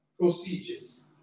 procedures